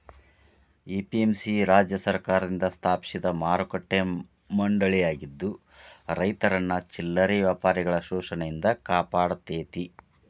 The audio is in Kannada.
ಎ.ಪಿ.ಎಂ.ಸಿ ರಾಜ್ಯ ಸರ್ಕಾರದಿಂದ ಸ್ಥಾಪಿಸಿದ ಮಾರುಕಟ್ಟೆ ಮಂಡಳಿಯಾಗಿದ್ದು ರೈತರನ್ನ ಚಿಲ್ಲರೆ ವ್ಯಾಪಾರಿಗಳ ಶೋಷಣೆಯಿಂದ ಕಾಪಾಡತೇತಿ